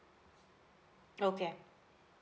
okay